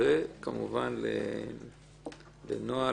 וכמובן לנועה,